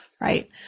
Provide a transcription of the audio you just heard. right